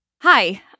Hi